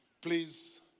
Please